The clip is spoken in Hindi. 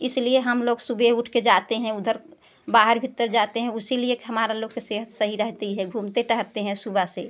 इसलिए हम लोग सुबे उठ कर जाते हैं उधर बाहर भीतर जाते हैं उसी लिए कि हमारा लोग का सेहत सही रहती है घूमते टहलते हैं सुबह से